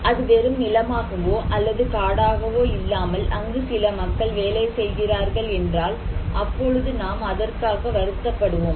அது வெறும் நிலமாகவோ அல்லது காடாகவோ இல்லாமல் அங்கு சில மக்கள் வேலை செய்கிறார்கள் என்றால் அப்பொழுது நாம் அதற்காக வருத்தப்படுவோமா